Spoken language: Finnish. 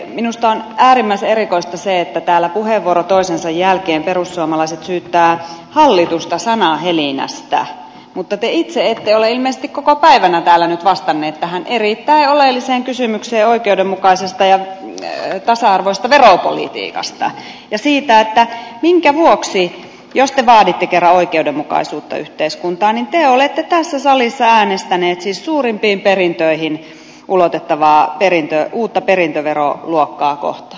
minusta on äärimmäisen erikoista se että täällä puheenvuoro toisensa jälkeen perussuomalaiset syyttävät hallitusta sanahelinästä mutta te itse ette ole ilmeisesti koko päivänä täällä nyt vastanneet tähän erittäin oleelliseen kysymykseen oikeudenmukaisesta ja tasa arvoisesta veropolitiikasta ja siitä minkä vuoksi jos te vaaditte kerran oikeudenmukaisuutta yhteiskuntaan te olette tässä salissa äänestäneet siis suurimpiin perintöihin ulotettavaa uutta perintöveroluokkaa vastaan